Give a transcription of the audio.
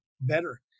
better